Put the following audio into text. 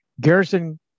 Garrison